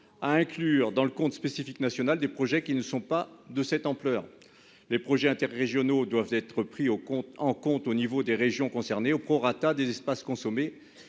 à inclure dans le Comte spécifique nationale des projets qui ne sont pas de cette ampleur. Les projets interrégionaux doivent être pris au compte en compte au niveau des régions concernées au prorata des espaces consommés